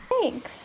Thanks